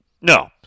No